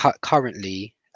currently